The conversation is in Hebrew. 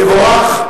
תבורך,